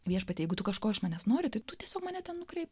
viešpatie jeigu tu kažko iš manęs nori tai tu tiesiog mane ten nukreipk